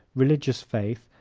religious faith,